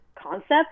concept